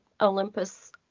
Olympus